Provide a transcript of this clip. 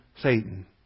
Satan